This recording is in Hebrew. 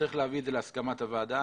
צריך להביא את זה להסכמת הוועדה.